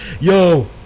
yo